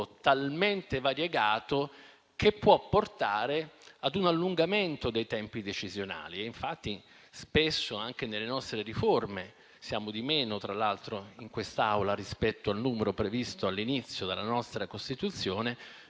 ricco e variegato che può portare ad un allungamento dei tempi decisionali. Infatti spesso - siamo di meno, tra l'altro, in quest'Aula, rispetto al numero previsto all'inizio dalla nostra Costituzione